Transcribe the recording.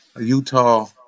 Utah